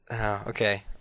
Okay